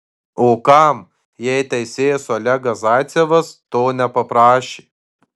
o kam jei teisėjas olegas zaicevas to nepaprašė